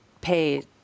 pay